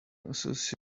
associate